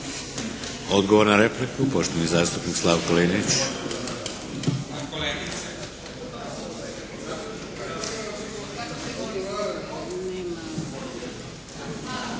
Odgovor na repliku poštovani zastupnik Slavko Linić.